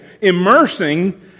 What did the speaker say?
immersing